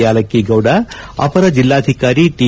ಯಾಲಕ್ಕಿ ಗೌಡ ಅಪರ ಜಿಲ್ಲಾಧಿಕಾರಿ ಟಿ